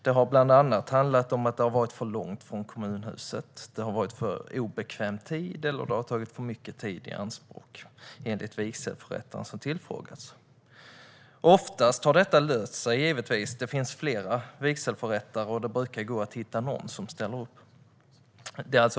Det har bland annat handlat om att det har varit för långt från kommunhuset, om att det har varit på obekväm tid eller om att det har tagit för mycket tid i anspråk, enligt de vigselförrättare som har tillfrågats. Ofta har detta problem löst sig. Det finns flera vigselförrättare, och det brukar gå att hitta någon som ställer upp.